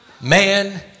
Man